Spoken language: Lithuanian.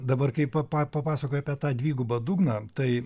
dabar kai p pa papasakojai apie tą dvigubą dugną tai